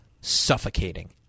suffocating